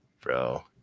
bro